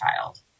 child